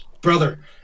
brother